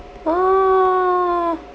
!wah!